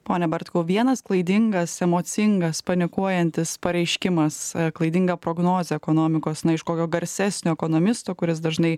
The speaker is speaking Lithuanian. pone bartkau vienas klaidingas emocingas panikuojantis pareiškimas klaidinga prognozė ekonomikos na iš kokio garsesnio ekonomisto kuris dažnai